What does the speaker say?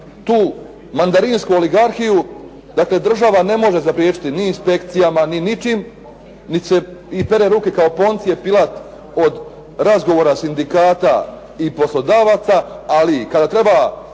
tu mandarinsku oligarhiju, dakle država ne može zapriječiti ni inspekcijama ni ničim niti se i pere ruke kao Poncije Pilat od razgovora sindikata i poslodavaca. Ali kada treba